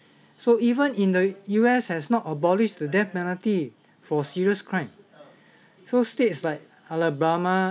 so even in the U_S has not abolished the death penalty for serious crime so states like alabama